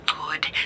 good